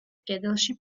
კედელში